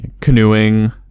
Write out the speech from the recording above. canoeing